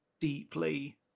deeply